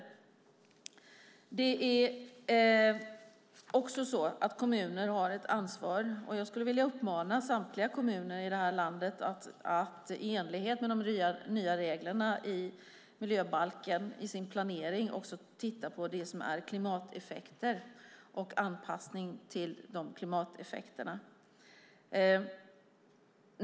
Kommuner har också ett ansvar. Jag skulle vilja uppmana samtliga kommuner i det här landet att i sin planering i enlighet med de nya reglerna i miljöbalken också se på klimateffekter och anpassning till de klimateffekterna.